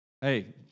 hey